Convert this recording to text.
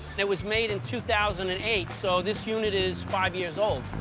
it was made in two thousand and eight, so this unit is five years old.